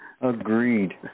Agreed